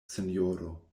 sinjoro